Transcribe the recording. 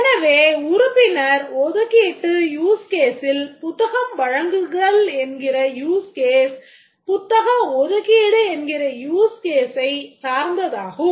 எனவே உறுப்பினர் ஒதுக்கீட்டு யூஸ் கேசில் புத்தகம் வழங்குதல் என்கிற use case புத்தக ஒதுக்கீடு என்கிற use caseஐ சார்ந்ததாகும்